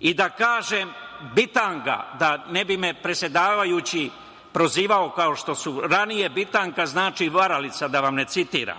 i da kažem - bitanga, da me ne bi predsedavajući prozivao, kao što su ranije, bitanga znači varalica, da vam ne citiram,